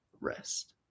rest